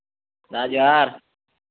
sir ଜୁହାର୍